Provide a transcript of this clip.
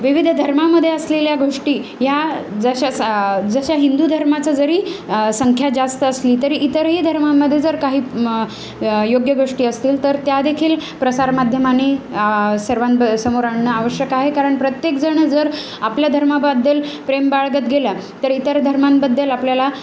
विविध धर्मामध्ये असलेल्या गोष्टी या जशा स जशा हिंदू धर्माच जरी संख्या जास्त असली तरी इतरही धर्मामध्ये जर काही योग्य गोष्टी असतील तर त्यादेखील प्रसारमाध्यमाने सर्वां समोर आणणं आवश्यक आहे कारण प्रत्येकजणं जर आपल्या धर्माबद्दल प्रेम बाळगत गेलं तर इतर धर्मांबद्दल आपल्याला